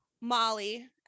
Molly